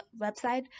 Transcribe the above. website